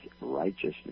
righteousness